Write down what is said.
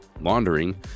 laundering